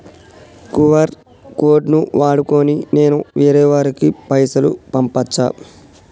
QR code ను వాడుకొని నేను వేరే వారికి పైసలు పంపచ్చా?